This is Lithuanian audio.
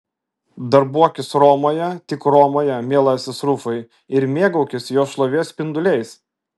darbuokis romoje tik romoje mielasis rufai ir mėgaukis jos šlovės spinduliais